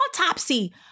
autopsy